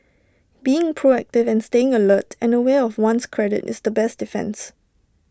being proactive and staying alert and aware of one's credit is the best defence